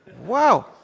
Wow